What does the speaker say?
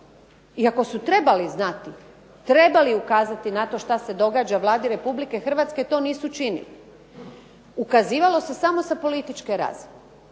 iako su trebali znati, trebali ukazati na to šta se događa Vladi Republike Hrvatske, to nisu činili. Ukazivalo se samo sa političke razine.